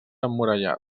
emmurallat